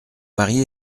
mari